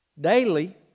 daily